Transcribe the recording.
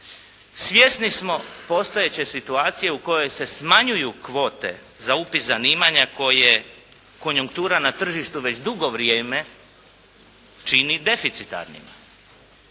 svjesni smo postojeće situacije u kojoj se smanjuju kvote za upis zanimanja koje konjuktura na tržištu već dugo vrijeme čini deficitarnima.